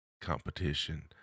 competition